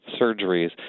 surgeries